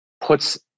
puts